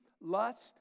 lust